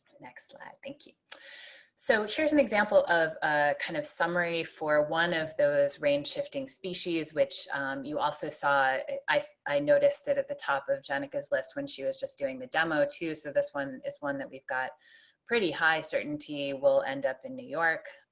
next slide thank you so here's an example of a kind of summary for one of those range shifting species which you also saw i i noticed it at the top of jenica's list when she was just doing the demo too so this one is one that we've got pretty high certainty will end up in new york